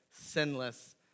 sinless